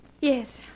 Yes